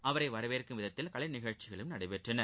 அவரை வரவேற்கும் விதத்தில் கலை நிகழ்ச்சிகளும் நடைபெற்றன